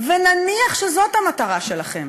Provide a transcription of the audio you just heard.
ונניח שזאת המטרה שלכם,